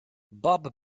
bob